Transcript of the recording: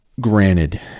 granted